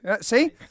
See